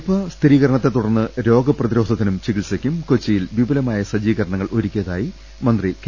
P Dinesh Nipah സ്ഥിരീകരണത്തെത്തുടർന്ന് രോഗപ്രതിരോധ ത്തിനും ചികിത്സയ്ക്കും കൊച്ചിയിൽ വിപുലമായ സജ്ജീ കരണങ്ങൾ ഒരുക്കിയതായി മന്ത്രി കെ